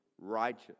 righteous